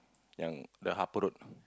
yang the Harper road